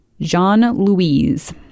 Jean-Louise